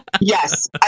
Yes